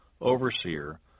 overseer